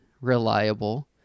reliable